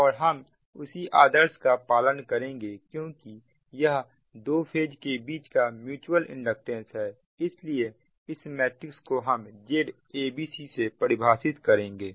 और हम उसी आदर्श का पालन करेंगे क्योंकि यह 2 फेज के बीच का म्यूच्यूअल इंडक्टेंस है इसलिए इस मैट्रिक्स को हम Zabc से परिभाषित करेंगे